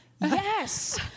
yes